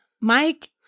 Mike